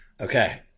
Okay